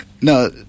no